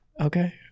Okay